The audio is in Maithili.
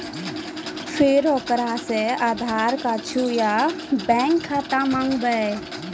फिर ओकरा से आधार कद्दू या बैंक खाता माँगबै?